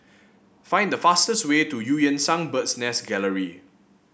find the fastest way to Eu Yan Sang Bird's Nest Gallery